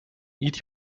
eat